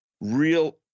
real